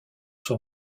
son